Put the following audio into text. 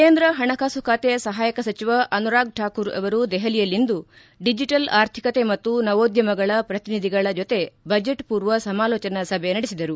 ಕೇಂದ್ರ ಹಣಕಾಸು ಖಾತೆ ಸಹಾಯಕ ಸಚಿವ ಅನುರಾಗ್ ಥಾಕೂರ್ ಅವರು ದೆಹಲಿಯಲ್ಲಿಂದು ಡಿಜೆಟಲ್ ಆರ್ಥಿಕತೆ ಮತ್ತು ನವೋದ್ಯಮಗಳ ಪ್ರತಿನಿಧಿಗಳ ಜೊತೆ ಬಜೆಟ್ಪೂರ್ವ ಸಮಾಲೋಚನಾ ಸಭೆ ನಡೆಸಿದರು